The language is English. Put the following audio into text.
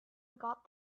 got